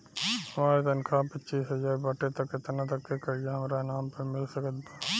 हमार तनख़ाह पच्चिस हज़ार बाटे त केतना तक के कर्जा हमरा नाम पर मिल सकत बा?